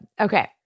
Okay